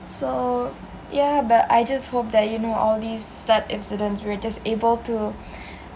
so yeah but I just hope that you know all these sad incidents were just able to